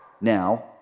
Now